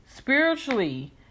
spiritually